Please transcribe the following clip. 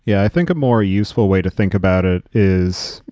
yeah i think a more useful way to think about it is,